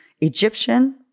Egyptian